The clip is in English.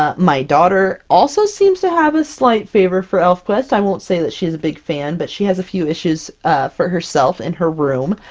um my daughter also seems to have a slight favor for elfquest, i won't say that she's a big fan, but she has a few issues for herself in her room,